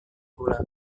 gula